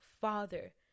father